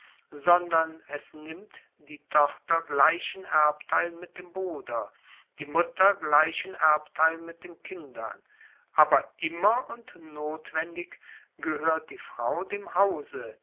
sondern es nimmt die tochter gleichen erbteil mit dem bruder die mutter gleichen erbteil mit den kindern aber immer und notwendig gehoert die frau dem hause